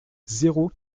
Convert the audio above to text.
zéro